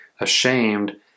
ashamed